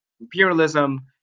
imperialism